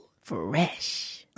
Fresh